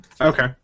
Okay